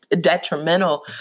detrimental